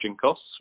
costs